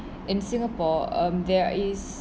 in singapore um there is